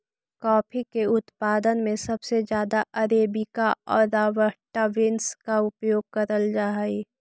coffee के उत्पादन में सबसे ज्यादा अरेबिका और रॉबस्टा बींस का उपयोग करल जा हई